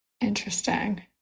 Interesting